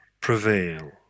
prevail